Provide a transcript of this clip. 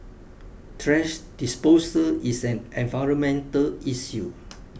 trash disposal is an environmental issue